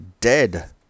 dead